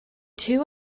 two